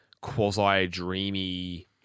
quasi-dreamy